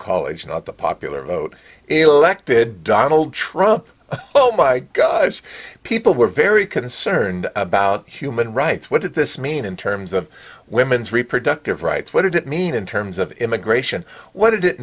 college not the popular vote elected donald trump oh my god yes people were very concerned about human rights what did this mean in terms of women's reproductive rights what did it mean in terms of immigration what